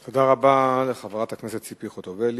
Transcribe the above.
תודה רבה לחברת הכנסת ציפי חוטובלי.